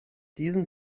diesen